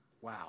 wow